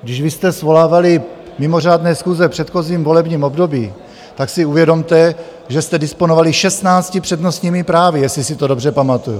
Když vy jste svolávali mimořádné schůze v předchozím volebním období, tak si uvědomte, že jste disponovali 16 přednostními právy, jestli si to dobře pamatuju.